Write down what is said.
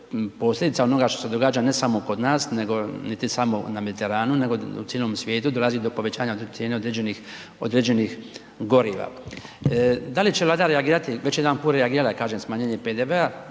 onoga što se događa ne samo kod nas, nego niti samo na Mediteranu, nego u cijelom svijetu, dolazi do povećanja cijena određenih goriva. Da li će Vlada reagirati? Već je jedanput reagirala, kažem, smanjenjem PDV-a.